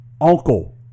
uncle